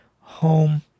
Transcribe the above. home